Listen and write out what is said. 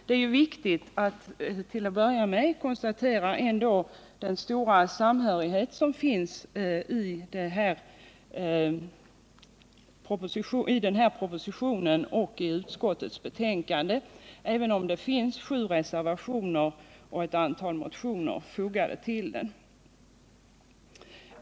Det är viktigt att först ändå konstatera den stora samhörighet som finns i propositionen och i utskottets betänkande, även om ett antal motioner väckts i anledning av propositionen och sju reservationer är fogade vid betänkandet.